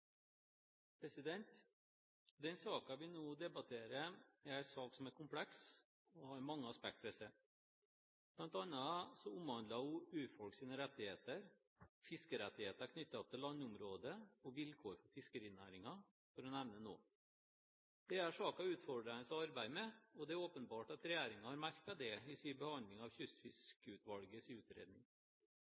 har mange aspekter ved seg. Blant annet omhandler den urfolks rettigheter, fiskerettigheter knyttet til landområder og vilkår for fiskerinæringen, for å nevne noe. Det gjør saken utfordrende å arbeide med, og det er åpenbart at regjeringen har merket det i sin behandling av Kystfiskeutvalgets utredning. La meg først få si